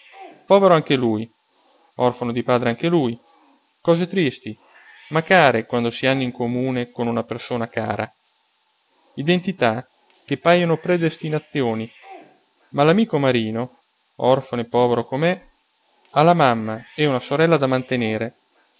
povero anche lui orfano di padre anche lui cose tristi ma care quando si hanno in comune con una persona cara identità che pajono predestinazioni ma l'amico marino orfano e povero com'è ha la mamma e una sorella da mantenere